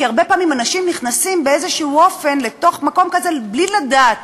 כי הרבה פעמים אנשים נכנסים באיזשהו אופן לתוך מקום כזה בלי לדעת